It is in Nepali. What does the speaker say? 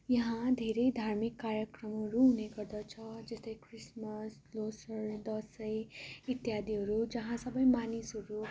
यहाँ धेरै धार्मिक कार्यक्रमहरू हुने गर्दछ जस्तै क्रिसमस ल्होसार दसैँ इत्यादिहरू जहाँ सबै मानिसहरू